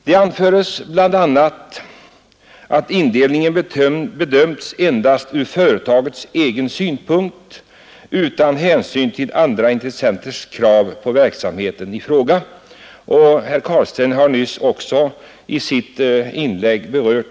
Det anföres bl.a. att indelningen bedömts endast ur företagets egen synpunkt utan hänsyn till andra intressenters krav på verksamheten i fråga.